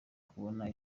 kubona